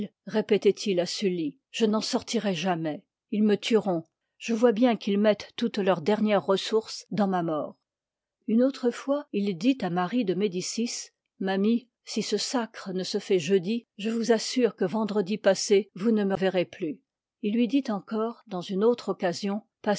pétoit il à sully je n en sortirai jamais ils me tueront je vois bien qu'ils mettent ip pam toute leur dernière ressource dans ma liv i i mort une autre fois il dit à marie de medicis ma mie si ce sacre ne se fait jeudi je vous assure que vendredi passé vous ne me verrez plus il lui dit encore dans une autre occasion